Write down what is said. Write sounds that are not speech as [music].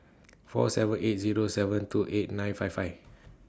four seven eight Zero seven two eight nine five five [noise]